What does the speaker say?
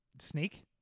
sneak